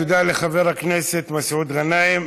תודה לחבר הכנסת מסעוד גנאים.